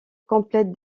complète